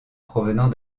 provenant